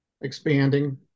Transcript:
expanding